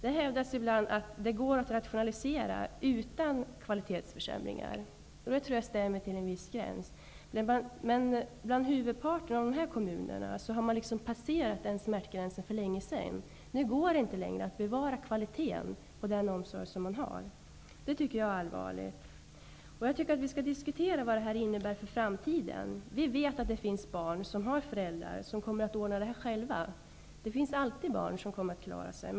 Det hävdas ibland att det går att rationalisera utan kvalitetsförsämringar. Det tröstar mig till en viss gräns. Men i huvudparten av dessa kommuner har man liksom passerat denna smärtgräns för länge sedan. Nu går det inte längre att bevara kvaliteten på omsorgen. Det tycker jag är allvarligt. Vi måste diskutera vad detta innebär för framtiden. Vi vet att det finns barn som har föräldrar, som kommer att ordna omsorgen själva. Det finns alltid barn som kommer att klara sig.